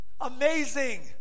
Amazing